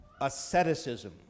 asceticism